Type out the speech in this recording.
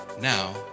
Now